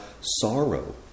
sorrow